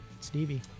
Stevie